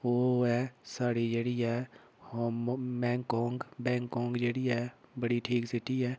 ओह् ऐ साढ़ी जेह्ड़ी ऐ होमो बैंकाक बैंकाक जेह्ड़ी ऐ बड़ी ठीक सिटी ऐ